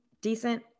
decent